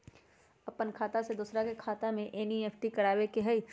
अपन खाते से दूसरा के खाता में एन.ई.एफ.टी करवावे के हई?